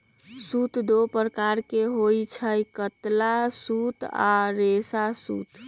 सूत दो प्रकार के होई छई, कातल सूत आ रेशा सूत